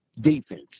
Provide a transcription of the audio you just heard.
defense